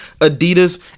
Adidas